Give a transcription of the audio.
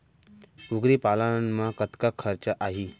कुकरी पालन म कतका खरचा आही?